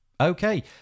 Okay